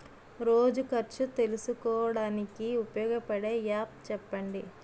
రోజు ఖర్చు తెలుసుకోవడానికి ఉపయోగపడే యాప్ చెప్పండీ?